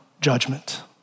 judgment